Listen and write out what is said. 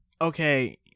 Okay